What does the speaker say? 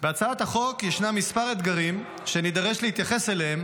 בהצעת החוק ישנם כמה אתגרים שנידרש להתייחס אליהם